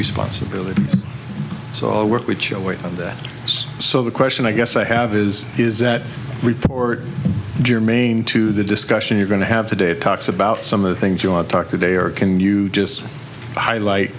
responsibility so i'll work with your way of that so the question i guess i have is is that report germane to the discussion you're going to have today talks about some of the things you want to talk today or can you just highlight